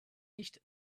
nicht